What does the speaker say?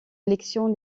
élections